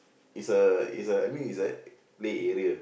is a is a I mean is a play area